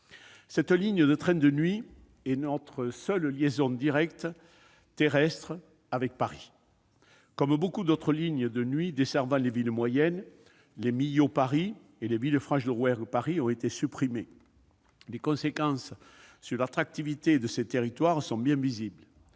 Cette ligne de train de nuit est notre seule liaison directe terrestre avec Paris. Comme beaucoup d'autres lignes de nuit desservant les villes moyennes, les Millau-Paris et les Villefranche-de-Rouergue-Paris ont été supprimés. Les conséquences sur l'attractivité de ces territoires sont bien visibles.